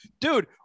dude